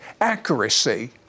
accuracy